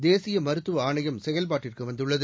தேசிய மருத்துவ ஆணையம் செயல்பாட்டுக்கு வந்துள்ளது